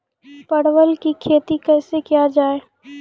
परवल की खेती कैसे किया जाय?